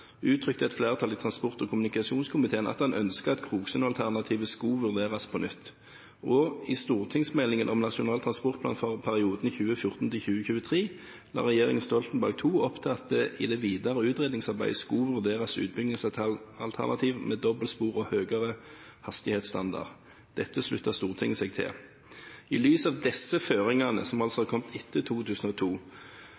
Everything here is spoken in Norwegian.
uttrykte et flertall i transport- og kommunikasjonskomiteen at en ønsket at Kroksund-alternativet skulle vurderes på nytt. Også i stortingsmeldingen om Nasjonal transportplan for perioden 2014–2023 la regjeringen Stoltenberg II opp til at det i det videre utredningsarbeidet skulle vurderes utbyggingsalternativ med dobbeltspor og høyere hastighetsstandard. Dette sluttet Stortinget seg til. I lys av disse føringene, som altså